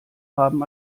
haben